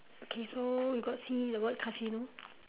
okay so you got see the word casino